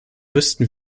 wüssten